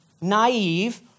naive